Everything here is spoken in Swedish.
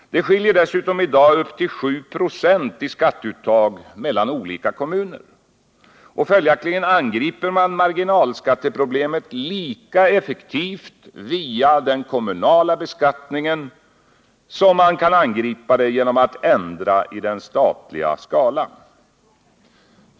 Det skiljer dessutom i dag upp till 796 i skatteuttaget mellan olika kommuner. Följaktligen angriper man marginalskatteproblemet lika effektivt via den kommunala beskattningen som genom att ändra i den statliga skalan.